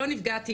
לא נפגעתי